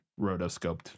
rotoscoped